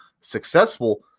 successful